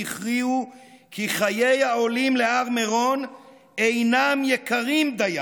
והכריעו כי חיי העולים להר מירון אינם יקרים דיים